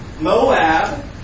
Moab